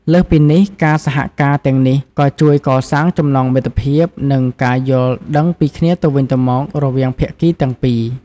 លើសពីនេះ ការសហការទាំងនេះក៏ ជួយកសាងចំណងមិត្តភាព និងការយល់ដឹងពីគ្នាទៅវិញទៅមក រវាងភាគីទាំងពីរ។